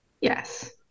Yes